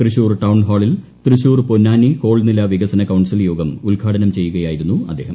തൃശൂർ ടൌൺഹാളിൽ തൃശൂർപൊന്നാനി കോൾനില വികസന കൌൺസിൽ യോഗം ഉദ്ഘാടനം ചെയ്യുകയായിരുന്നു അദ്ദേഹം